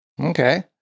Okay